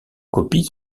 copies